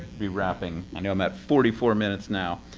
be wrapping. i know i'm at forty four minutes now.